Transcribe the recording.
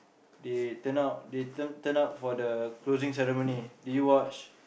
they turn out they turn turn up for the closing ceremony did you watch